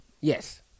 Yes